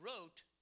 wrote